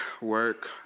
work